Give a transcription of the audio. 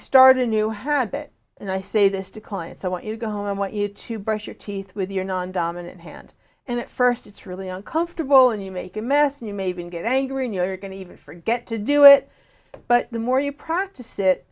start a new habit and i say this to clients i want you to go home i want you to brush your teeth with your non dominant hand and first it's really uncomfortable and you make a mess and you maybe get angry and you're going to even forget to do it but the more you practice it